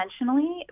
intentionally